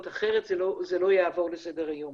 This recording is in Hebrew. אחרת זה לא יעבור לסדר היום.